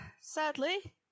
Sadly